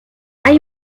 hay